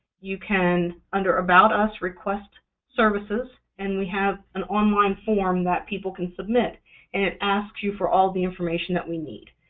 you can, under about us, request services, and we have an online form that people can submit. and it asks you for all the information that we need.